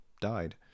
died